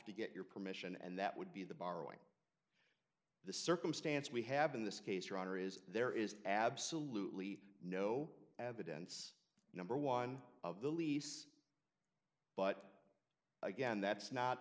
to get your permission and that would be the borrowing the circumstance we have in this case your honor is there is absolutely no evidence number one of the lease but again that's not